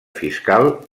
fiscal